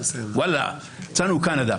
מצאנו קנדה,